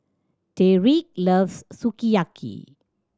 Tyreek loves Sukiyaki